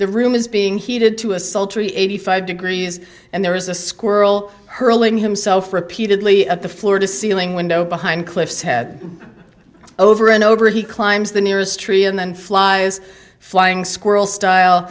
the room is being heated to a sultry eighty five degrees and there is a squirrel hurling himself repeatedly up the floor to ceiling window behind cliff's head over and over he climbs the nearest tree and then flies flying squirrel style